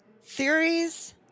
theories